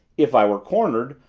if i were cornered,